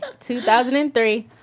2003